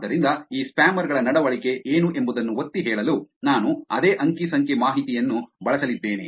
ಆದ್ದರಿಂದ ಈ ಸ್ಪ್ಯಾಮರ್ ಗಳ ನಡವಳಿಕೆ ಏನು ಎಂಬುದನ್ನು ಒತ್ತಿಹೇಳಲು ನಾನು ಅದೇ ಅಂಕಿ ಸಂಖ್ಯೆ ಮಾಹಿತಿಯನ್ನು ಬಳಸಲಿದ್ದೇನೆ